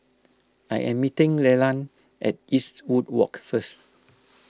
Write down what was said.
I am meeting Leland at Eastwood Walk first